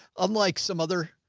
unlike some other.